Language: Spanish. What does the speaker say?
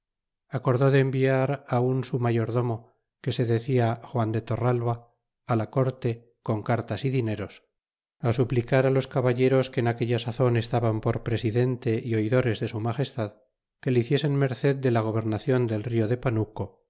acordó de enviar á un su mayordomo que se decia juan de torralva la corte con cartas y dineros suplicar los caballeros que en aquella sazon estaban por presidente oidores de su magestad que le hiciesen merced de la gobernacion del rio de panuco